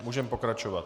Můžeme pokračovat.